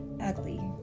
ugly